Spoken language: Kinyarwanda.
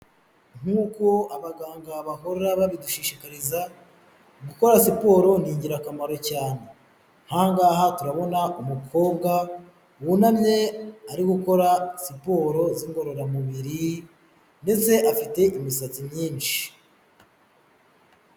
Nk'uko abaganga bahora babidushishikariza, gukora siporo ni ingirakamaro cyane. Nk'aha ngaha turabona umukobwa wunamye ari gukora siporo z'ingororamubiri ndetse afite imisatsi myinshi.